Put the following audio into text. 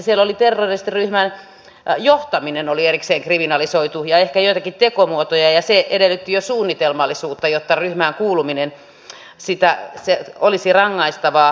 siellä oli terroristiryhmän johtaminen erikseen kriminalisoitu ja ehkä joitakin tekomuotoja ja se edellytti jo suunnitelmallisuutta jotta ryhmään kuuluminen olisi rangaistavaa